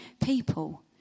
people